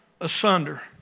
asunder